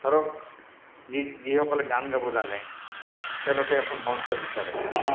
ধৰক যি যিসকলে গান গাব জানে তেওঁলোকে এখন মঞ্চ বিচাৰে